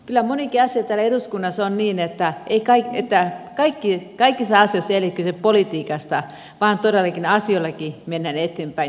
kyllä monikin asia täällä eduskunnassa on niin että kaikissa asioissa ei ole kyse politiikasta vaan todellakin asioillakin mennään eteenpäin